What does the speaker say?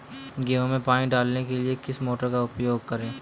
गेहूँ में पानी डालने के लिए किस मोटर का उपयोग करें?